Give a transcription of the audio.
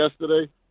yesterday